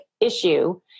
issue